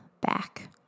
back